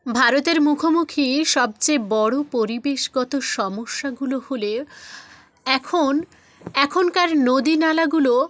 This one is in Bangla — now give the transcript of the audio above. ভারতের মুখোমুখি সবচেয়ে বড়ো পরিবেশগত সমস্যাগুলো হলে এখন এখনকার নদী নালাগুলো